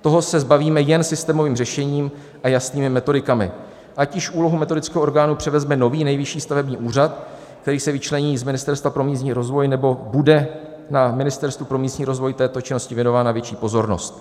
Toho se zbavíme jen systémovým řešením a jasnými metodikami, ať již úlohu metodického orgánu převezme Nový nejvyšší stavební úřad, který se vyčlení z Ministerstva pro místní rozvoj, nebo bude na Ministerstvu pro místní rozvoj této činnosti věnována větší pozornost.